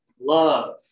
love